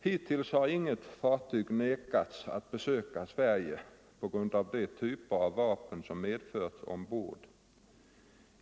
Hittills har inget fartyg nekats att besöka Sverige på grund av de typer av vapen som medförts ombord.